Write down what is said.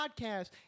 podcast